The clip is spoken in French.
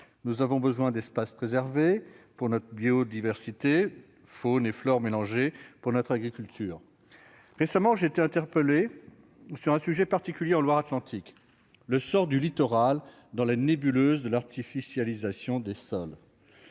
Nous avons besoin d'espaces préservés pour notre biodiversité, faune et flore mélangées, et pour notre agriculture. J'ai été interpellé récemment sur un sujet particulier en Loire-Atlantique : le sort du littoral dans la nébuleuse de l'artificialisation des sols.